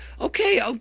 okay